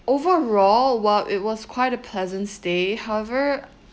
overall while it was quite a pleasant stay however